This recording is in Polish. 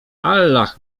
allach